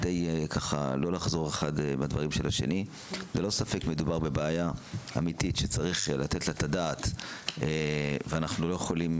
ללא ספק מדובר בבעיה אמיתית שצריך לתת לה את הדעת ואנחנו לא יכולים